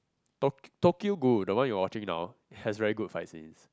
tok~ Tokyo-Ghoul the one you're watching now has very good fight scenes